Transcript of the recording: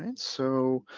and so,